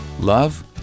Love